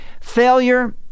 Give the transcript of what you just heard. Failure